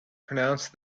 pronounced